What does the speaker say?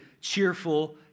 cheerful